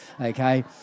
Okay